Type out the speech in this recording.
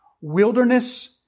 wilderness